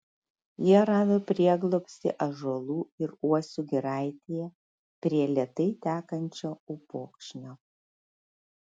jie rado prieglobstį ąžuolų ir uosių giraitėje prie lėtai tekančio upokšnio